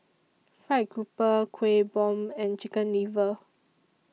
Fried Grouper Kueh Bom and Chicken Liver